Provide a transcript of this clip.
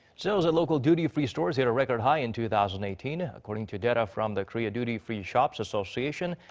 sales at local duty free stores hit a record high in two thousand and eighteen. according to data from the korea duty free shops association,